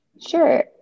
Sure